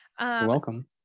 welcome